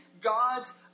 God's